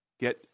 get